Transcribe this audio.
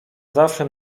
zawsze